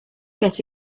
get